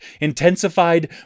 intensified